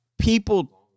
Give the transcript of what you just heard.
people